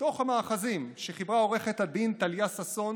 דוח המאחזים שחיברה עו"ד טליה ששון